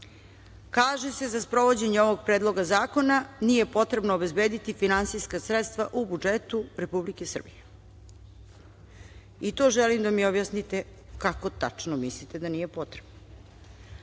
kaže se za sprovođenje ovog predloga zakona nije potrebno obezbediti finansijska sredstva u budžetu Republike Srbije. I to želim da mi objasnite kako tačno mislite da nije potrebno? Ako